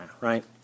right